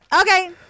Okay